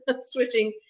switching